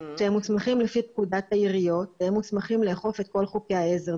שהם מוסמכים לפי פקודת העיריות והם מוסמכים לאכוף את כל חוקי העזר,